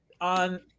on